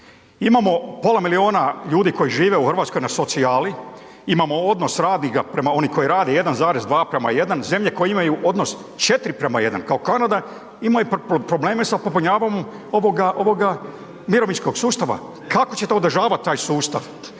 Imamo pola milijuna ljudi koji žive u RH na socijali, imamo odnos radnika prema oni koji rade 1,2:1. Zemlje koje imaju odnos 4:1 kao Kanada imaju probleme sa popunjavanjem ovoga, ovoga mirovinskog sustava. Kako ćete održavat taj sustav?